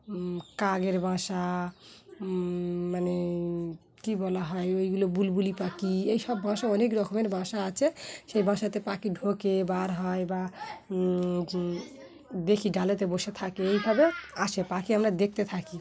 কাকের বাসা মানে কী বলা হয় ওইগুলো বুলবুলি পাখি এইসব বাসা অনেক রকমের বাসা আছে সেই বাসাতে পাখি ঢোকে বার হয় বা দেখি ডালেতে বসে থাকে এইভাবে আসে পাখি আমরা দেখতে থাকি